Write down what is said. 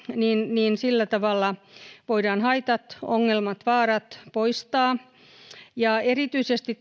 niin sillä tavalla voidaan haitat ongelmat ja vaarat poistaa erityisesti